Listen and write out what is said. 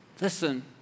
Listen